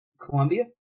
Colombia